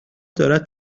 دارد